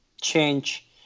change